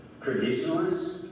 Traditionalists